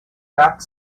back